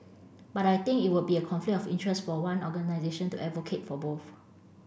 but I think it would be a conflict of interest for one organisation to advocate for both